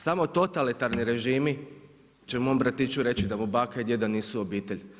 Samo totalitarni režimi će mom bratiću reći da mu baka i djeda nisu obitelj.